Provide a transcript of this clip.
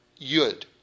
Yud